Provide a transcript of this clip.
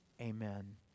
Amen